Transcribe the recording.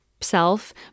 self